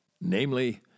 Namely